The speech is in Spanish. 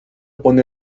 pone